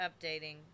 updating